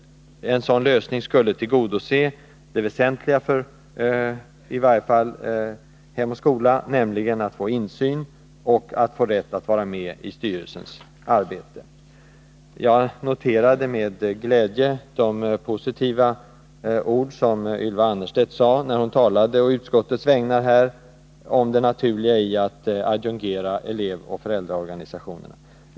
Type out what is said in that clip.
En sådan lösning skulle tillgodose det väsentliga för i varje fall Hem och skola, nämligen att få insyn och att få rätt att vara med i styrelsens arbete. Jag noterade med glädje de positiva ord som Ylva Annerstedt sade när hon å utskottets vägnar talade om det naturliga i att adjungera elevoch föräldraorganisationerna.